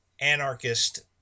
anarchist